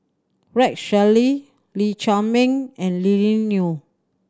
Rex Shelley Lee Chiaw Meng and Lily Neo